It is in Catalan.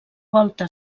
volta